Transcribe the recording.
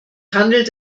handelt